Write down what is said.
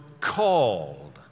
called